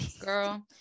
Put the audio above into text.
Girl